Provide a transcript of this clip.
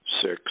Six